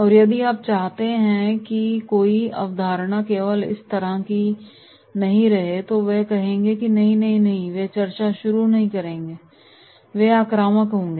और यदि आप कहते हैं कि कोई अवधारणा केवल इस तरह नहीं है तो वे कहेंगे नहीं नहीं नहीं और वे चर्चा शुरू नहीं करेंगे इसलिए वे आक्रामक होंगे